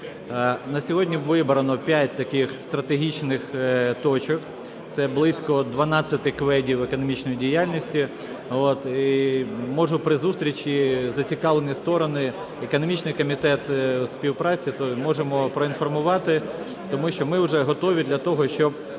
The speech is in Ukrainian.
На сьогодні вибрано п'ять таких стратегічних точок - це близько 12 КВЕД економічної діяльності. І можу при зустрічі зацікавлені сторони, економічний комітет в співпраці, то можемо поінформувати, тому що ми вже готові для того, щоб